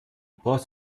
brauchst